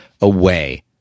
away